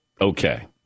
okay